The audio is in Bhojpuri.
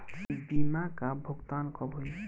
बीमा का भुगतान कब होइ?